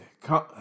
come